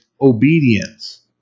obedience